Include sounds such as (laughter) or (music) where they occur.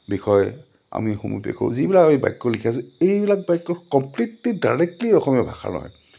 বিষয় আমি (unintelligible) যিবিলাক আমি বাক্য লিখিছোঁ এইবিলাক বাক্য কমপ্লিটলি ডাইৰেক্টলি অসমীয়া ভাষাৰ নহয়